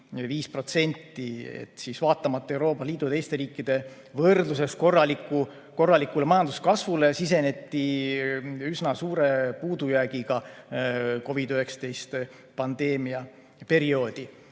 5%. Vaatamata Euroopa Liidu ja teiste riikide võrdluses korralikule majanduskasvule siseneti üsna suure puudujäägiga COVID‑19 pandeemia perioodi.